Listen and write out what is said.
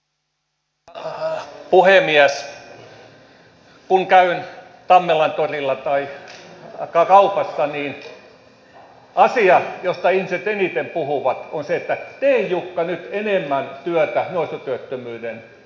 kun käyn tammelantorilla tai kaupassa niin asia josta ihmiset eniten puhuvat on se että tee jukka nyt enemmän työtä nuorisotyöttömyyden hyväksi